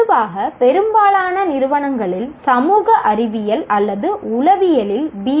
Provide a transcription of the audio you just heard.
பொதுவாக பெரும்பாலான நிறுவனங்களில் சமூக அறிவியல் அல்லது உளவியலில் பி